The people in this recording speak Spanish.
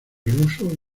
ruso